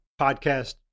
podcast